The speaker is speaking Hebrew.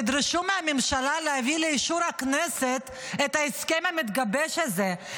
תדרשו מהממשלה להביא לאישור הכנסת את ההסכם המתגבש הזה,